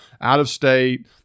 out-of-state